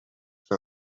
for